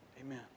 Amen